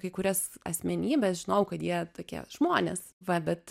kai kurias asmenybes žinojau kad jie tokie žmonės va bet